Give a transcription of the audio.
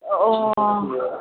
ꯑꯣ ꯑꯣ